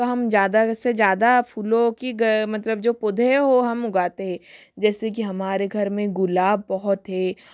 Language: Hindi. तो हम ज़्यादा से ज़्यादा फूलों की मतलब जो पौधे है वो हम उगाते है जैसे कि हमारे घर में गुलाब बहुत है